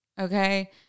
okay